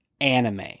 anime